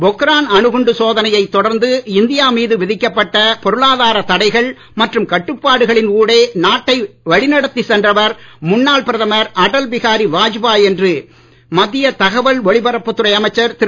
பொக்ரான் அணுகுண்டு சோதனையை தொடர்ந்து இந்தியா மீது விதிக்கப்பட்ட பொருளாதார தடைகள் மற்றும் கட்டுபாடுகளின் ஊடே நாட்டை வழிநடத்தி சென்றவர் முன்னாள் பிரதமர் அடல் பிகாரி வாஜ்பாய் என்று மத்திய தகவல் ஒலிபரப்பு துறை அமைச்சர் திரு